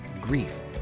grief